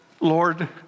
Lord